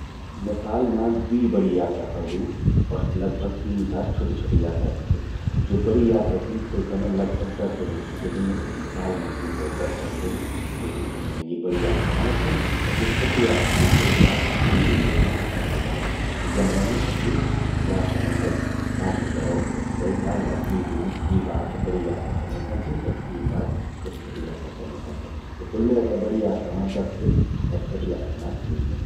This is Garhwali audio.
मैं साल मां द्वी बड़ि यात्रा करदू अर लगभग तीन चार छ्वोटि छ्वोटि यात्रा करदू। ज्वो बड़ि यात्रा छिन तेते मैं लगभग दस दिने छुट्टि ल्योंदू। साल मां द्वी दौ दस दस दिन। त यि बड़ि यात्रा मां लगदन और ज्वो छ्वोटि यात्रा छिन, तेमा सि द्वी तीन दिन मां खतम ह्वे जंदिन। त यमण्ये मैं अपणि यात्राओं ते बांटी ते रौखदूं कि भई साल मां द्वी दिन, द्वी बार त बड़ि .यात्रा कने कन चि और तीन बार छ्लोटि छ्वोटि यात्रा कने कन छिन। त कुल मिलै ते बड़ि यात्रा मां दस दिन और छ्वटि यात्रा मां तीन दिन।